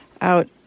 out